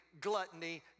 gluttony